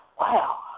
wow